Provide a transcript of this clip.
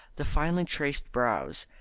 the finely traced brows,